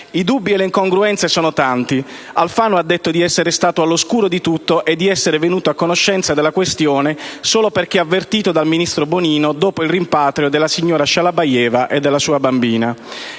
I dubbi e le incongruenze sono tanti. Alfano ha detto di essere stato all'oscuro di tutto e di essere venuto a conoscenza della questione solo perché avvertito dal ministro Bonino dopo il rimpatrio della signora Shalabayeva e della sua bambina.